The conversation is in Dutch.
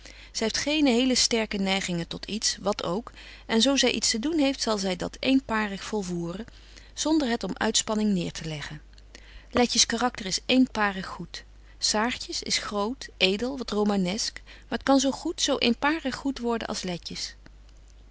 zy heeft geene hele sterke neigingen tot iets wat ook en zo zy iets te doen heeft zal zy dat eenparig volvoeren zonder het om uitspanning neêr te leggen letjes karakter is eenparig goed saartjes is groot edel wat romanesq maar t kan zo goed zo eenparig goed worden als letjes